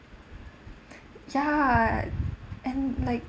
ya and like